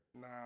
Nah